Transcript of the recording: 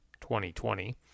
2020